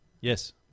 Yes